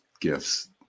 gifts